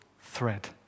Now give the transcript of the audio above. thread